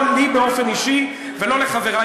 לא לי באופן אישי ולא לחברי,